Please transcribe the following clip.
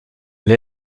elle